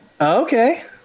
Okay